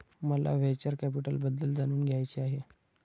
मला व्हेंचर कॅपिटलबद्दल जाणून घ्यायचे आहे